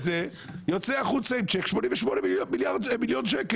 ויוצא החוצה עם צ'ק של 88 מיליון שקל,